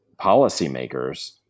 policymakers